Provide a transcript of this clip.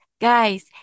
Guys